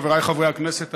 חבריי חברי הכנסת,